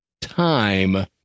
time